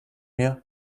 mir